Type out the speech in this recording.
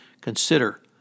consider